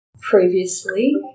previously